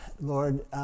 Lord